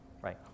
right